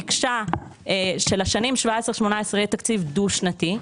ביקשה שלשנים 17'-18' יהיה תקציב דו שנתי,